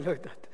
אני לא יודעת.